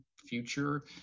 future